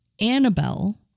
Annabelle